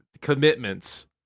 commitments